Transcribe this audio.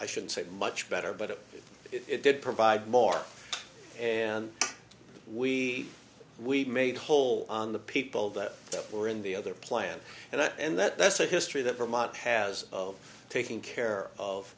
i should say much better but it did provide more and we we made whole on the people that were in the other plant and i and that's a history that vermont has of taking care of